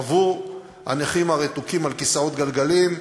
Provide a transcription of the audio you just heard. עבור הנכים הרתוקים לכיסאות גלגלים.